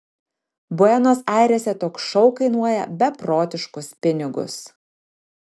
buenos airėse toks šou kainuoja beprotiškus pinigus